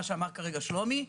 מה שאמר כרגע שלומי.